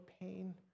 pain